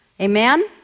Amen